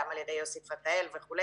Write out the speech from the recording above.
גם על ידי יוסי פתאל וכולי.